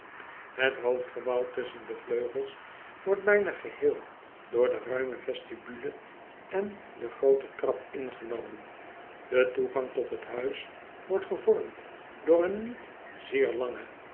et hoofdgebouw tusschen de vleugels wordt bijna geheel door de ruime vestibule en den grooten trap ingenomen e toegang tot het huis wordt gevormd door een niet zeer lange